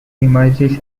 emerges